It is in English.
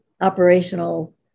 operational